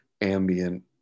ambient